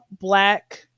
black